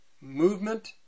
Movement